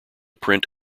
print